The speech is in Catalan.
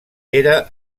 era